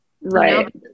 Right